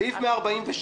סעיף 142: